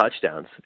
touchdowns